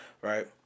right